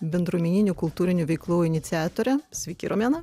bendruomeninių kultūrinių veiklų iniciatorė sveiki romena